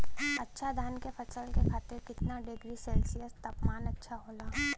अच्छा धान क फसल के खातीर कितना डिग्री सेल्सीयस तापमान अच्छा होला?